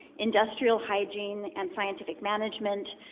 industrial hygiene and scientific management,